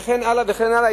וכן הלאה וכן הלאה.